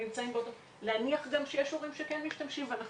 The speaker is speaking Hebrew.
אז להניח שיש הורים שכן משתמשים ואנחנו